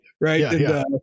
right